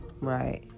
Right